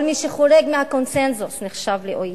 כל מי שחורג מהקונסנזוס נחשב לאויב.